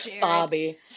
Bobby